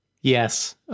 Yes